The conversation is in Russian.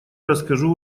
расскажу